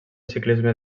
ciclisme